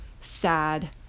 sad